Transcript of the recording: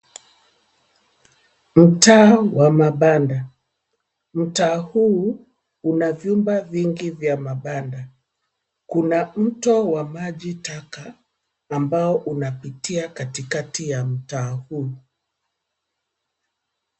Mtaa wa mabanda ,mtaa huu una vyumba vingi vya mabanda, kuna mto wa maji taka ambao unapitia katikati ya mtaa huu.